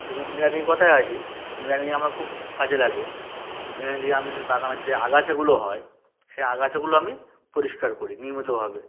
তো যদি নিড়ানির কথায় আসি নিড়ানি আমার খুব কাজে লাগে নিড়ানি দিয়ে আমি বাগানের যে আগাছাগুলো হয় সেই আগাছাগুলো আমি পরিষ্কার করি নিয়মিতভাবে